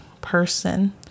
person